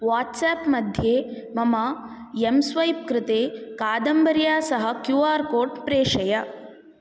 WhatsApp मध्ये मम एं स्वैप् कृते कादम्बर्या सह क्यू आर् कोड् प्रेषय